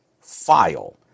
file